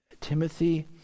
Timothy